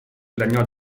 lagnò